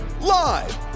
live